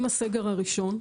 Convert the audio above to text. עם הסגר הראשון,